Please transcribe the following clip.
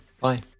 Bye